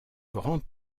grand